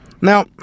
now